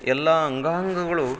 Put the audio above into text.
ಎಲ್ಲ ಅಂಗಾಂಗಗಳು